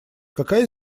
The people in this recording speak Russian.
какая